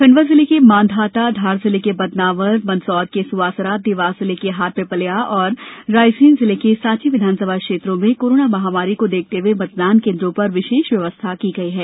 खण्डवा जिले के मांधाता धार जिले के बदनावर मंदसौर के सुवासरा देवास जिले के हाट पिपल्या और रायसेन जिले के सांची विधानसभा क्षेत्रों में कोरोना महामारी को देखते हुए मतदान केन्द्रों पर विशेष व्यवस्था की गई है